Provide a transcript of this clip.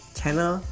channel